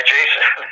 Jason